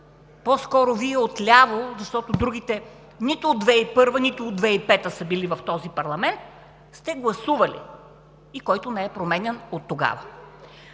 по-скоро Вие от ляво, защото другите нито от 2001 г., нито от 2005 г. са били в този парламент – сте гласували, и който не е променян оттогава.